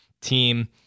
team